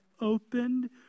opened